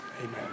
Amen